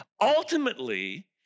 Ultimately